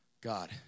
God